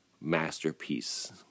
masterpiece